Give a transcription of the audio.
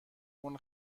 اون